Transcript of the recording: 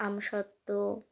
আমসত্ত্ব